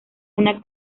una